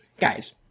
guys